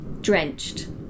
drenched